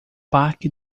parque